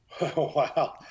Wow